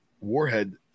Warhead